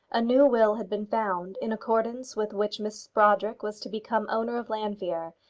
a new will had been found, in accordance with which miss brodrick was to become owner of llanfeare,